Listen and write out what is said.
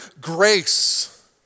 grace